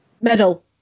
Medal